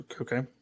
okay